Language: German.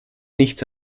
nichts